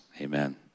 Amen